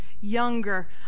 younger